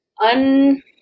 un